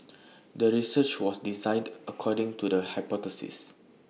the research was designed according to the hypothesis